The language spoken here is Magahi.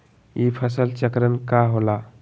ई फसल चक्रण का होला?